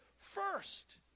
first